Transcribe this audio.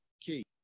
Key